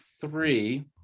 three